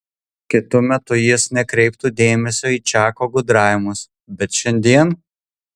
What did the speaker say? kitu metu jis nekreiptų dėmesio į čako gudravimus bet šiandien